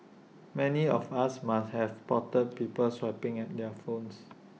many of us must have spotted people swiping at their phones